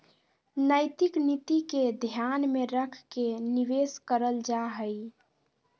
नैतिक नीति के ध्यान में रख के निवेश करल जा हइ